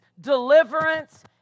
deliverance